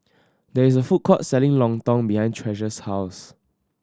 there is a food court selling Lontong behind Treasure's house